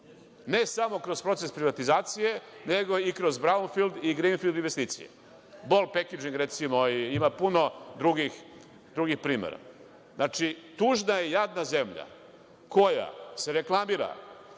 ne samo kroz proces privatizacije nego i kroz brownfield i greenfield investicije, Ball packaging, recimo i ima puno drugih primera. Znači, tužna je i jadna zemlja koja se reklamira